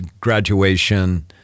graduation